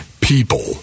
people